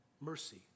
mercy